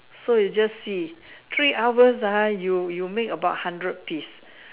so you just see three hours ah you you make about hundred piece